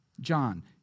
John